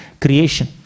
creation